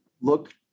look